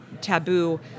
taboo